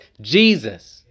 Jesus